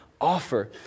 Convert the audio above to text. offer